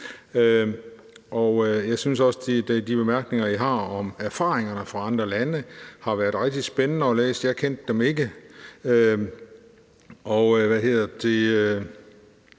Jeg synes også, at de bemærkninger, I er kommet med om erfaringerne fra andre lande, har været rigtig spændende at læse; jeg kendte ikke til dem. Især i et